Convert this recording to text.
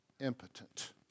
impotent